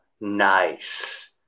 nice